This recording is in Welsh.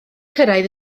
cyrraedd